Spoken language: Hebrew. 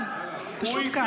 פשוט קל.